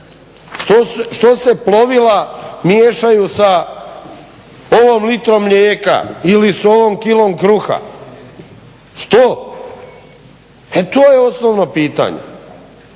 Što se plovila miješaju sa ovom litrom mlijeka ili s ovom kilom kruha? Što? E to je osnovno pitanje.